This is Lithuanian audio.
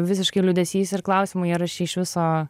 visiškai liūdesys ir klausimai ar aš čia iš viso